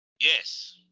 Yes